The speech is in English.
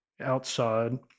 outside